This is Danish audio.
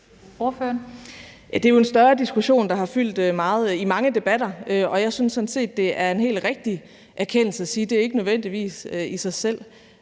Det er jo en større diskussion, der har fyldt meget i mange debatter. Og jeg synes sådan set, det er en helt rigtig erkendelse at sige, at det, at man har arbejde, ikke nødvendigvis i sig selv